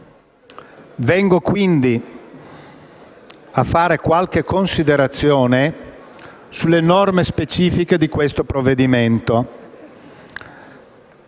Vengo quindi a fare qualche considerazione sulle norme specifiche di questo provvedimento.